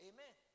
Amen